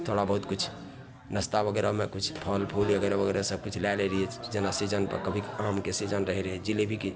थोड़ा बहुत किछु नाश्ता वगैरहमे किछु फल फूल अगैरह वगैरह सब किछु लै लै रहिए जेना सीजनपर कभी आमके सीजन रहै रहै जिलेबीके